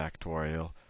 factorial